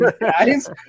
guys